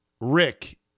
Rick